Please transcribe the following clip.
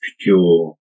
pure